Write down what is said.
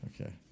Okay